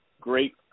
Great